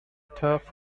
tough